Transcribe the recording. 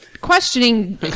questioning